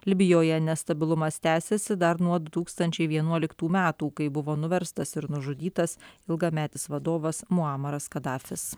libijoje nestabilumas tęsiasi dar nuo du tūkstančiai vienuoliktų metų kai buvo nuverstas ir nužudytas ilgametis vadovas muamaras kadafis